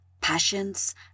passions